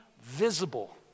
visible